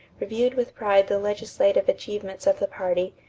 reviewed with pride the legislative achievements of the party,